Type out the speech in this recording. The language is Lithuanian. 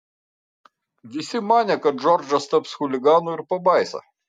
visi manė kad džordžas taps chuliganu ir pabaisa